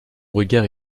regard